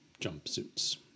jumpsuits